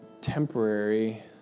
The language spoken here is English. temporary